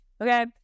okay